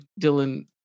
Dylan